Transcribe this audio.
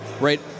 right